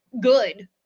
good